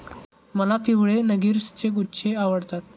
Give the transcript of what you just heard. मला पिवळे नर्गिसचे गुच्छे आवडतात